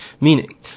Meaning